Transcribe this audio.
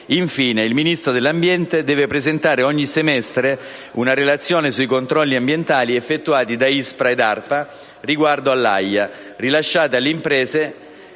Infine, il Ministro dell'ambiente deve presentare ogni semestre una relazione sui controlli ambientali effettuati da ISPRA ed ARPA riguardo all'AIA rilasciata alle imprese,